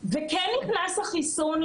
לבזבז ולהשמיד את החיסונים.